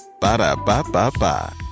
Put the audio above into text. Ba-da-ba-ba-ba